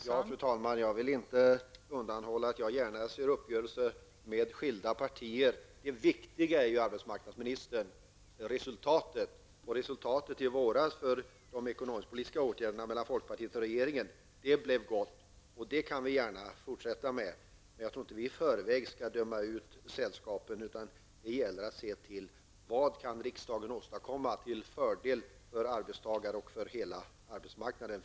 Fru talman! Jag vill inte undanhålla att jag gärna ser uppgörelser mellan skilda partier. Det viktiga är resultatet, arbetsmarknadsministern, och resultatet i våras för de ekonomisk-politiska åtgärder som folkpartiet och regeringen kom överens om blev gott. Vi kan gärna fortsätta att träffa överenskommelser, men vi skall inte i förväg döma ut sällskapet, utan det gäller att se till vad riksdagen kan åstadkomma till fördel för arbetstagare och för hela arbetsmarknaden.